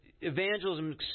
Evangelism